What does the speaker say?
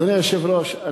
אדוני היושב-ראש,